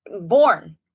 born